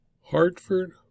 Hartford